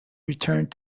returned